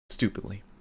stupidly